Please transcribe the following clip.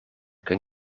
kun